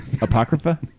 Apocrypha